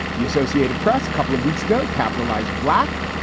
the associated press a couple of weeks ago capitalized black.